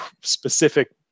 specific